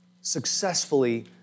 successfully